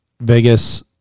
Vegas